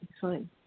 fine